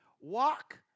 Walk